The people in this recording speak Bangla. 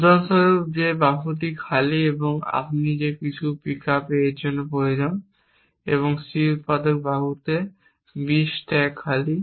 উদাহরণস্বরূপ সেই বাহু খালি আপনি এমন কিছু যে পিকআপ A এর জন্য প্রয়োজন এবং C উত্পাদক বাহুতে B স্ট্যাক খালি